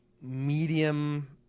medium